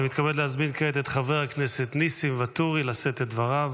אני מתכבד כעת להזמין את חבר הכנסת ניסים ואטורי לשאת את דבריו.